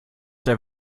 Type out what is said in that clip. der